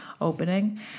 opening